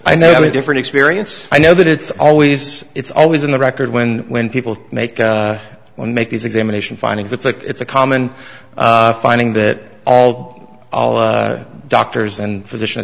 i know a different experience i know that it's always it's always on the record when when people make when make these examination findings it's like it's a common finding that all doctors and physician